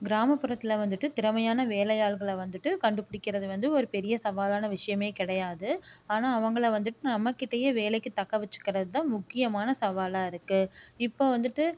கிராமப்புறத்தில் வந்துட்டு திறமையான வேலை ஆள்களை வந்துட்டு கண்டுப்பிடிக்கிறது வந்து ஒரு பெரிய சவாலான விஷயமே கிடையாது ஆனால் அவங்களை வந்துட்டு நம்மகிட்டையே வேலைக்கு தக்க வச்சுக்கிறது தான் முக்கியமான சவாலாக இருக்குது இப்போது வந்துட்டு